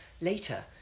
later